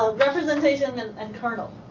ah representation and and kernel.